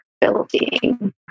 building